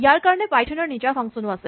ইয়াৰ কাৰণে পাইথনৰ নিজা ফাংচন ও আছে